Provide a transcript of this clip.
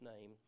name